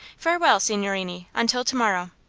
farewell, signorini, until to-morrow.